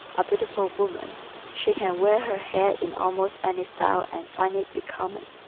a beautiful woman she can wear her hair in almost any style and find it becoming.